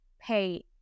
pay